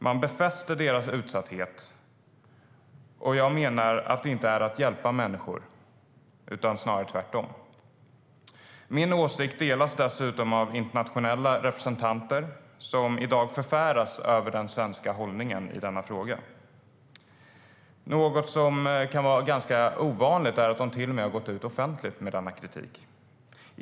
Man befäster deras utsatthet, och jag menar att det inte är att hjälpa människor utan snarare tvärtom. Min åsikt delas dessutom av internationella representanter som förfäras över den svenska hållningen i denna fråga. Något som är ganska ovanligt är att de till och med har gått ut offentligt med denna kritik.